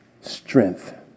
strength